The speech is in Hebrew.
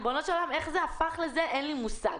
ריבונו של עולם, איך זה הפך לזה, אין לי מושג.